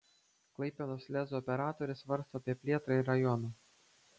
klaipėdos lez operatorė svarsto apie plėtrą į rajoną